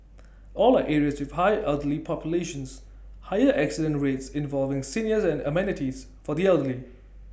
all are areas with high elderly populations higher accident rates involving seniors and amenities for the elderly